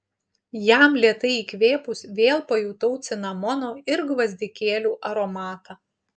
jam lėtai įkvėpus vėl pajutau cinamono ir gvazdikėlių aromatą